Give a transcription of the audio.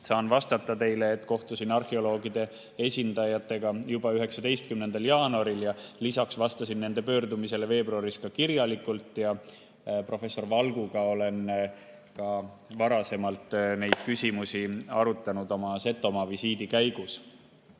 Saan vastata teile, et kohtusin arheoloogide esindajatega juba 19. jaanuaril ja lisaks vastasin nende pöördumisele veebruaris kirjalikult. Professor Valguga olen ka varasemalt neid küsimusi arutanud oma Setomaa visiidi käigus.